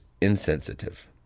insensitive